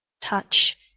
touch